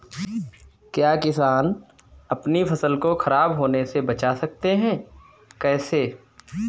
क्या किसान अपनी फसल को खराब होने बचा सकते हैं कैसे?